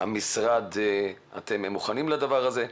המשרד אתם מוכנים לדבר הזה.